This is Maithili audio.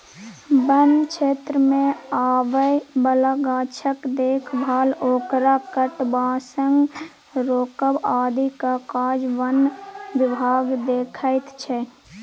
बन क्षेत्रमे आबय बला गाछक देखभाल ओकरा कटबासँ रोकब आदिक काज बन विभाग देखैत छै